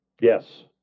Yes